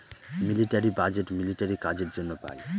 military budget military কাজের জন্য পাই